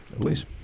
please